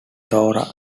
torah